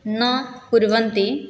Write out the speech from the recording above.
न कुर्वन्ति